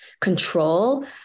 control